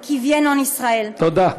הרופאים לעתיד שיגיעו לישראל.) תודה,